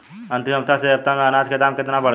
अंतिम हफ्ता से ए हफ्ता मे अनाज के दाम केतना बढ़ गएल?